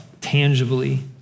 tangibly